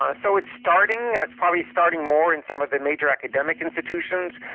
um so it's starting, ah it's probably starting more in some of the major academic institutions,